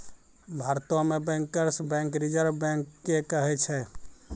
भारतो मे bankers bank reserve bank के कहै छै